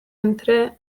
entre